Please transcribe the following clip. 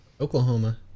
Oklahoma